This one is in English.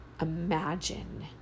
imagine